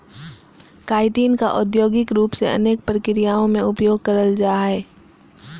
chitin का औद्योगिक रूप से अनेक प्रक्रियाओं में उपयोग करल जा हइ